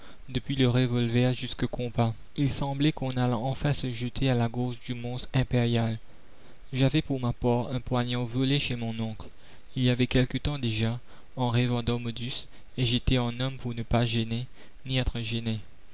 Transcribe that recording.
depuis le revolver jusqu'au compas il semblait qu'on allât enfin se jeter à la gorge du monstre impérial j'avais pour ma part un poignard volé chez mon oncle il y avait quelque temps déjà en rêvant d'harmodius et j'étais en homme pour ne pas gêner ni être gênée